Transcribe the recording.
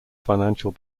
financial